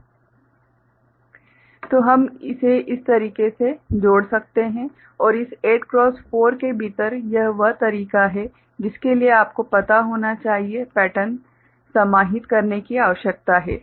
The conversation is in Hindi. D0 A0 D1 0 D2 ∑ m26 D3 ∑ m35 D4 ∑ m457 D5 ∑ m67 तो हम इसे इस तरीके से जोड़ सकते हैं और इस 8 क्रॉस 4 के भीतर यह वह तरीका है जिसके लिए आपको पता होना चाहिए पैटर्न समाहित करने की आवश्यकता है